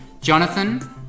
Jonathan